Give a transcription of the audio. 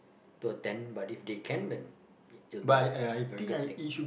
per ten but if they can then it'll be a a very good thing